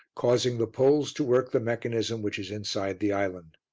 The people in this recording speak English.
causing the poles to work the mechanism which is inside the island.